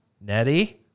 Nettie